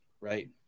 right